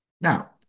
Now